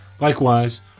Likewise